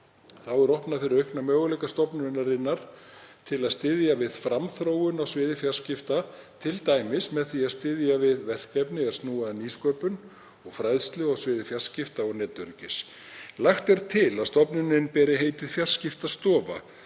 Þá er opnað fyrir aukna möguleika stofnunarinnar til að styðja við framþróun á sviði fjarskipta, t.d. með því að styðja við verkefni er snúa að nýsköpun og fræðslu á sviði fjarskipta og netöryggis. Lagt er til að stofnunin beri heitið Fjarskiptastofa